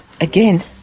again